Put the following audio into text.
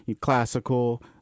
classical